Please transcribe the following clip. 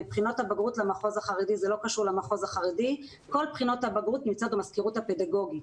כל בחינות הבגרות נמצאות במזכירות הפדגוגית.